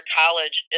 college